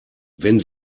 wenn